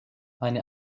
eine